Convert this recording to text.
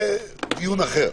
זה דיון אחר.